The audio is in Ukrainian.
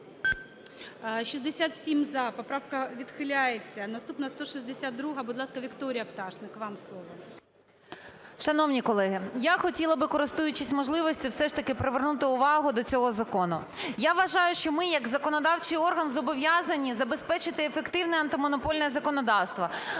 За-67 Поправка відхиляється. Наступна – 162-а. Будь ласка, Вікторія Пташник, вам слово. 10:40:50 ПТАШНИК В.Ю. Шановні колеги, я хотіла би, користуючись можливістю, все ж таки привернути увагу до цього закону. Я вважаю, що ми як законодавчий орган зобов'язані забезпечити ефективне антимонопольне законодавство,